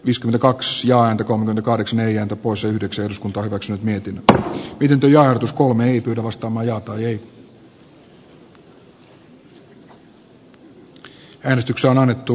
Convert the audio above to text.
iskun kaksi ja andy konkariksineen ja taposen ykseys paikaksi on myyty mutta piti yllä toteaa ettei hallitus nauti eduskunnan luottamusta